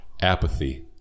Apathy